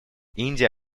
индия